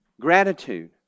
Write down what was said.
Gratitude